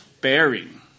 bearing